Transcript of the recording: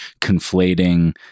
conflating